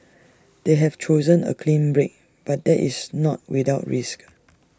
they have chosen A clean break but that is not without risk